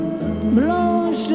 blanche